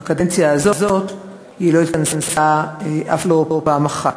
בקדנציה הזאת היא לא התכנסה אף לא פעם אחת.